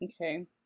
Okay